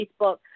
Facebook